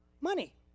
Money